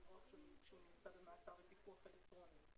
לברוח כשהוא נמצא במעצר בפיקוח אלקטרוני.